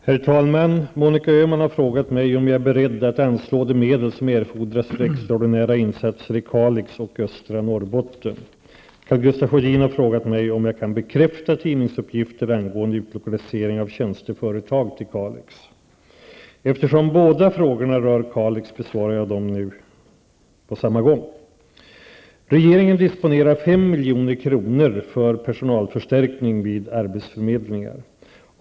Herr talman! Monica Öman har frågat mig om jag är beredd att anslå de medel som erfordras för extraordinära insatser i Kalix och östra Norrbotten. Karl Gustaf Sjödin har frågat mig om jag kan bekräfta tidningsuppgifter angående utlokalisering av tjänsteföretag i Kalix. Eftersom båda frågorna rör Kalix besvarar jag dem på samma gång. Regeringen disponerar 5 milj.kr. för personalförstärkning vid arbetsförmedlingen.